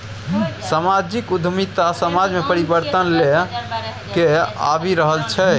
समाजिक उद्यमिता समाज मे परिबर्तन लए कए आबि रहल छै